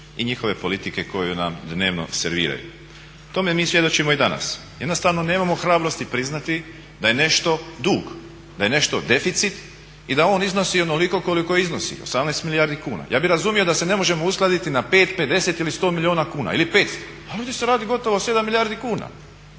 i njihove politike koju nam dnevno serviraju. Tome mi svjedočimo i danas. Jednostavno nemamo hrabrosti priznati da je nešto dug, da je nešto deficit i da on iznosi onoliko koliko iznosi 18 milijardi kuna. Ja bih razumio da se ne možemo uskladiti na 5, 50 ili 100 milijuna kuna ili 500. Pa ovdje se radi gotovo o 7 milijardi kuna.